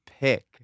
pick